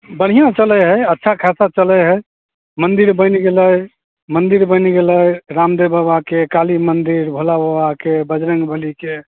बढ़िआँ चलै हए अच्छा खासा चलै हए मन्दिर बनि गेलै मन्दिर बनि गेलै रामदेव बाबाके काली मन्दिर भोला बाबाके बजरङ्गबलीके